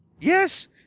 Yes